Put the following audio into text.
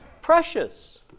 Precious